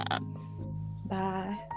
bye